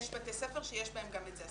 יש בתי ספר שיש בהם גם את זה.